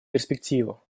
перспективу